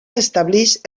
establix